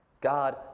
God